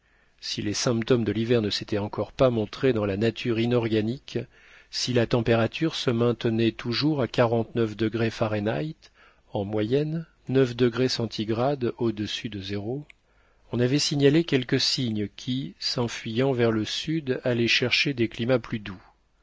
si les symptômes de l'hiver ne s'étaient encore pas montrés dans la nature inorganique si la température se maintenait toujours à quarante-neuf degrés fahrenheit en moyenne on avait signalé quelques cygnes qui s'enfuyant vers le sud allaient chercher des climats plus doux